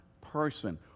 person